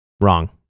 wrong